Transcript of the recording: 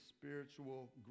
spiritual